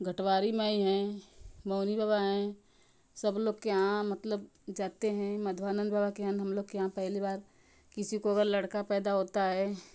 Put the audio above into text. घटवारी माई हैं मौनी बाबा हैं सब लोग के यहाँ मतलब जाते हैं माधवानंद बाबा के यहाँ हम लोग के यहाँ पहली बार किसी को अगर लड़का पैदा होता है